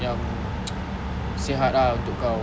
yang sihat ah untuk kau